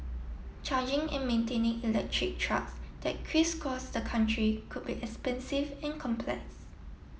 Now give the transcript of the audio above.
charging and maintaining electric trucks that crisscross the country could be expensive and complex